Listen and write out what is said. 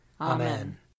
Amen